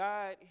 God